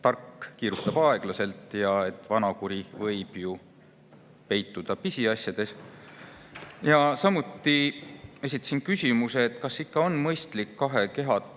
tark kiirustab aeglaselt. Vanakuri võib ju peituda pisiasjades. Samuti esitasin küsimuse, kas ikka on mõistlik kahe